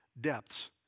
depths